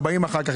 לבאים אחר כך,